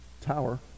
tower